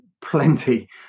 plenty